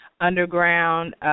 underground